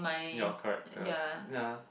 your character ya